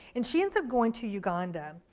and she ends up going to uganda,